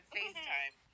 FaceTime